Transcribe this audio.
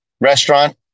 restaurant